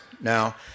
Now